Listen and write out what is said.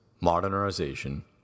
modernization